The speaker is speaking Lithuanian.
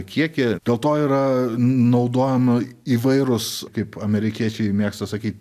kiekį dėl to yra naudojami įvairūs kaip amerikiečiai mėgsta sakyt